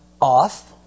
off